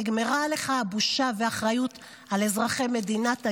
נגמרה לך הבושה והאחריות על אזרחי מדינת ישראל.